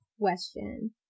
question